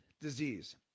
disease